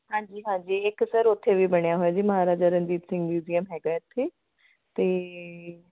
ਹਾਂਜੀ ਹਾਂਜੀ ਇੱਕ ਸਰ ਉੱਥੇ ਵੀ ਬਣਿਆ ਹੋਇਆ ਜੀ ਮਹਾਰਾਜਾ ਰਣਜੀਤ ਸਿੰਘ ਮਿਊਜ਼ੀਅਮ ਹੈਗਾ ਇੱਥੇ ਅਤੇ